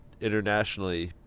internationally